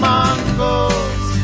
Mongols